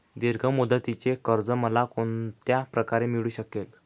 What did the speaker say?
दीर्घ मुदतीचे कर्ज मला कोणत्या प्रकारे मिळू शकेल?